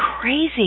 crazy